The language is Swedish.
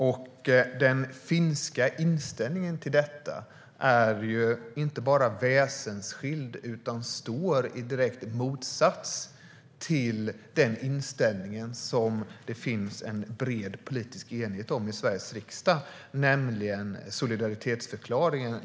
Och den finska inställningen till detta är inte bara väsensskild utan står i direkt motsats till den inställning som det finns bred politisk enighet om i Sveriges riksdag, nämligen solidaritetsförklaringen.